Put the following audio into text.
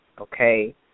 okay